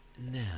now